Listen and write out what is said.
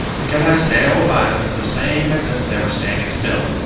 because i sailed by them the same as if they were standing still.